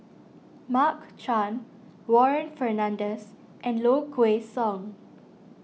Mark Chan Warren Fernandez and Low Kway Song